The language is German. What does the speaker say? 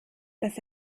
das